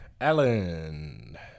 Alan